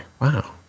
wow